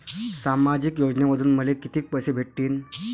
सामाजिक योजनेमंधून मले कितीक पैसे भेटतीनं?